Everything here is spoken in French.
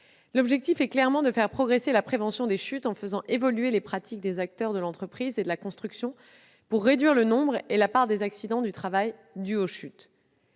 L'objectif est clairement de faire progresser la prévention des chutes, en faisant évoluer les pratiques des acteurs de l'entreprise et de la construction, pour réduire le nombre et la part des accidents du travail dus aux chutes.